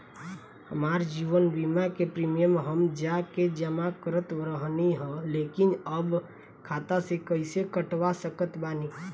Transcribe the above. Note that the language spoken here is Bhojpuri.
हमार जीवन बीमा के प्रीमीयम हम जा के जमा करत रहनी ह लेकिन अब खाता से कइसे कटवा सकत बानी?